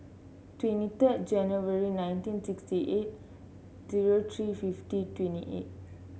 twenty third January nineteen sixty eight zero three fifty twenty eight